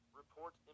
report